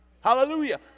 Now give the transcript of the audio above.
Hallelujah